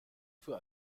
für